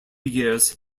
years